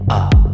up